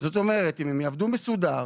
זאת אומרת, אם הם יעבדו מסודר,